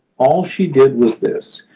all she did was this.